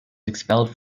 expelled